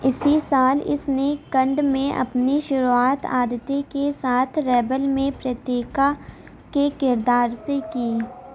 اسی سال اس نے کنڈ میں اپنی شروعات آدتی کے ساتھ ریبل میں پریتیکا کے کردار سے کی